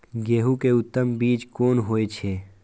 गेंहू के उत्तम बीज कोन होय छे?